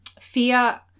fear –